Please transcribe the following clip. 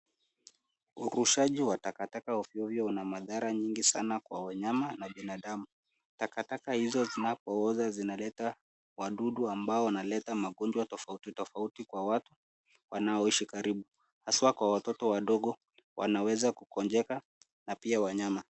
Uguzaji wa takataka ovyo ovyo, una madhara nyingi sana kwa wanyama na binadamu. Takataka hizo zinapo oza zinaleta wadudu ambao wanaleta magonjwa tofauti tofauti kwa watu ,wanaoishi karibu, haswa kwa watoto wadogo ,wanaweza kugonjekana pia wanyama.